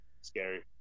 Scary